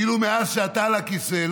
ואילו מאז שאתה על הכיסא,